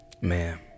Man